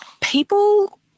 people